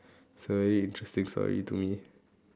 sorry interesting story to me